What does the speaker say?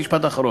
משפט אחרון.